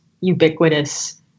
ubiquitous